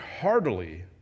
heartily